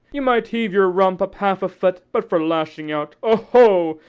you might heave your rump up half a foot, but for lashing out oho!